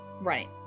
right